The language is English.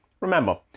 Remember